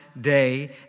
day